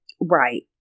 Right